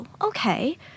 okay